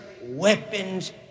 weapons